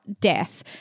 death